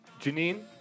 Janine